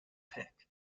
pick